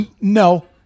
No